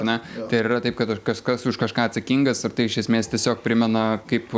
ne tai ar yra taip kad kažkas už kažką atsakingas ar tai iš esmės tiesiog primena kaip